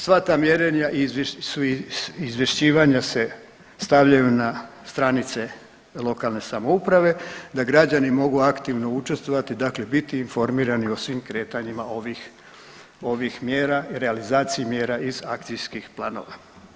Sva ta mjerenja i izvješćivanja se stavljaju na stranice lokalne samouprave da građani mogu aktivno učestvovati, dakle biti informirani o svim kretanjima ovih mjera i realizaciji mjera iz akcijskih planova.